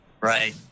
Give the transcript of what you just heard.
Right